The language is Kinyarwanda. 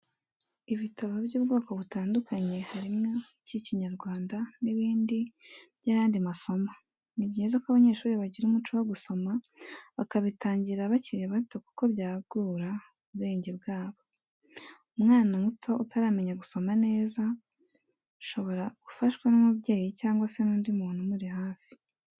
Ibitabo by'ubwoko butandukanye harimo icy'Ikinyarwanda n'ibindi by'ayandi masomo, ni byiza ko abanyeshuri bagira umuco wo gusoma bakabitangira bakiri bato kuko byagura ubwenge bwabo, umwana muto utaramenya gusoma neza shobora gufashwa n'umubyeyi cyangwa se undi muntu umuri hafi.